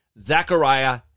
Zechariah